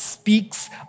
speaks